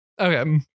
Okay